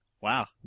Wow